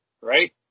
right